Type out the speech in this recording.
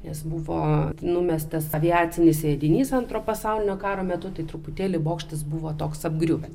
nes buvo numestas aviacinis leidinys antro pasaulinio karo metu tai truputėlį bokštas buvo toks apgriuvęs